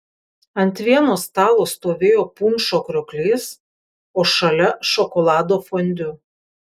ant vieno stalo stovėjo punšo krioklys o šalia šokolado fondiu